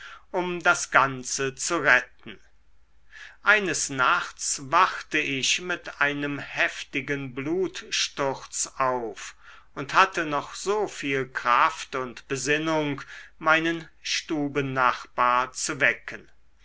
um das ganze zu retten eines nachts wachte ich mit einem heftigen blutsturz auf und hatte noch so viel kraft und besinnung meinen stubennachbar zu wecken